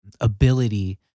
ability